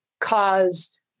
caused